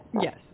Yes